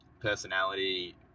personality